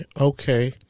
okay